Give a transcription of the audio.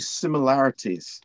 similarities